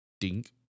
dink